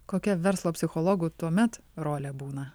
kokia verslo psichologų tuomet rolė būna